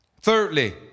Thirdly